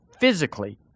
physically